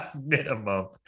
Minimum